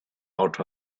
out